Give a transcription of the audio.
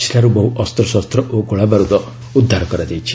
ସେଠାରୁ ବହୁ ଅସ୍ତ୍ରଶସ୍ତ ଓ ଗୋଳାବାରୁଦ ଉଦ୍ଧାର କରାଯାଇଛି